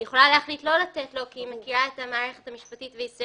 היא גם יכולה להחליט לא לתת לו כי היא מכירה את המערכת המשפטית בישראל,